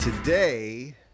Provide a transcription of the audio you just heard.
Today